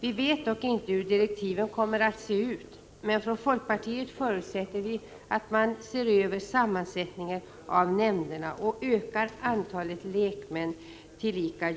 Vi vet dock inte hur direktiven kommer att se ut, men från folkpartiet förutsätter vi att man ser över sammansättningen av nämnderna och ökar antalet